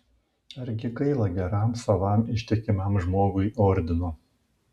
argi gaila geram savam ištikimam žmogui ordino